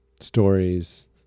stories